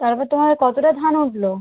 তারপর তোমাদের কতোটা ধান উঠলো